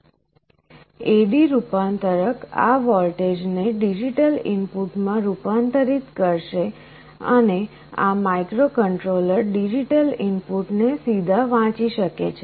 AD રૂપાંતરક આ વોલ્ટેજને ડિજિટલ ઇનપુટમાં રૂપાંતરિત કરશે અને આ માઇક્રોકન્ટ્રોલર ડિજિટલ ઇનપુટને સીધા વાંચી શકે છે